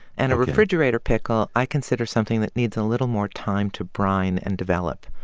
and a refrigerator pickle i consider something that needs a little more time to brine and develop.